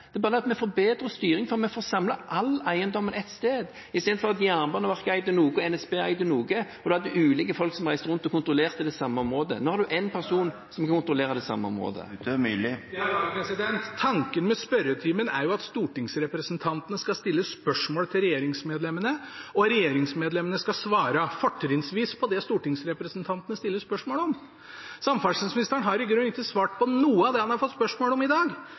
Det er bare det at vi får bedre styring fordi vi får samlet all eiendom på ett sted, istedenfor at Jernbaneverket eide noe, NSB eide noe, og en hadde forskjellige folk som reiste rundt og kontrollerte det samme området. Nå er det én person som kontrollerer det samme området. Tanken med spørretimen er jo at stortingsrepresentantene skal stille spørsmål til regjeringsmedlemmene, og regjeringsmedlemmene skal svare fortrinnsvis på det stortingsrepresentantene stiller spørsmål om. Samferdselsministeren har i grunnen ikke svart på noe av det han har fått spørsmål om i dag,